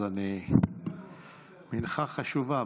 אז אני מנחה חשובה,